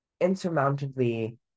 insurmountably